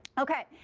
ok.